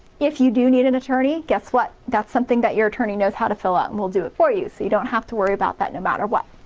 if you do need an attorney guess what? that's something that your attorney knows how to fill out and will do it for you, so you don't have to worry about that, no matter what.